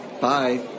Bye